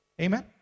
Amen